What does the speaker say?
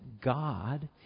God